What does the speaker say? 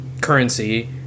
currency